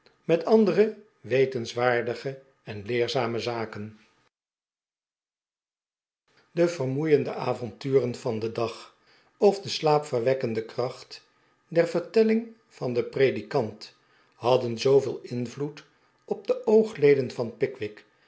met andere wetenswaar dige en leerzame zaken de vermoeiende avonturen van den dag of de slaapyerwekkende kracht der vertelling van den predikant hadden zooveel invloed op de oogleden van pickwick